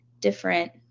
different